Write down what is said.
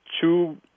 two